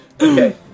Okay